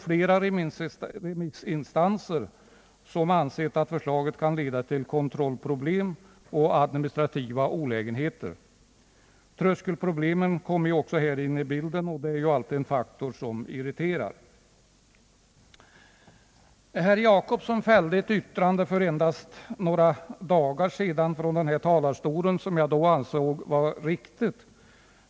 Flera remissinstanser har ansett att förslaget kan leda till kontrollproblem och administrativa olägenheter. Tröskelproblemen kommer ju också här in i bilden, och det är alltid en faktor som irriterar. Herr Gösta Jacobsson fällde ett yttrande från denna talarstol för endast några dagar sedan, ett yttrande som jag då ansåg vara riktigt.